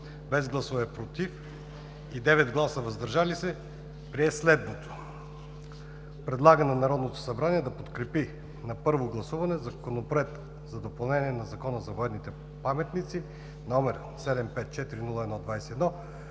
без гласове „против“ и 9 гласа „въздържали се“ прие следното становище: предлага на Народното събрание да подкрепи на първо гласуване Законопроект за допълнение на Закона за военните паметници, № 754-01-21,